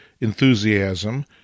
enthusiasm